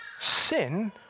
sin